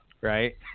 right